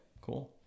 cool